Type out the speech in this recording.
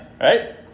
right